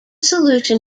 solution